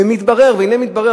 והנה מתברר,